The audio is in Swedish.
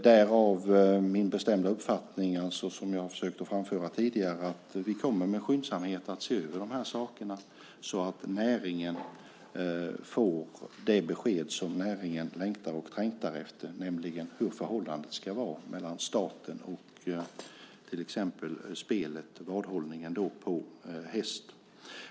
Därav min bestämda uppfattning, som jag har försökt framföra tidigare, att vi med skyndsamhet måste se över de här sakerna så att näringen får det besked som den längtar och trängtar efter, nämligen hur förhållandet ska vara mellan staten och till exempel spelet och vadhållningen på häst.